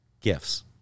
gifts